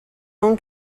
own